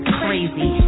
crazy